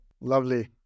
Lovely